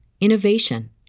innovation